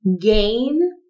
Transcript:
gain